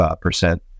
percent